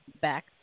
Back